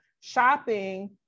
shopping